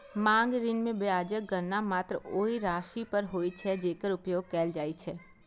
मांग ऋण मे ब्याजक गणना मात्र ओइ राशि पर होइ छै, जेकर उपयोग कैल जाइ छै